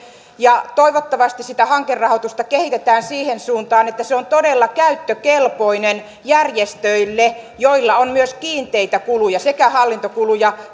toivottavasti sitä hankerahoitusta kehitetään siihen suuntaan että se on todella käyttökelpoinen järjestöille joilla on myös kiinteitä kuluja sekä hallintokuluja